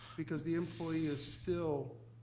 because the employee is still